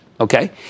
Okay